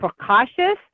precautious